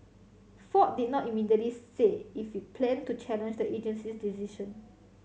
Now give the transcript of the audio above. Ford did not immediately say if it planned to challenge the agency's decision